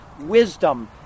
wisdom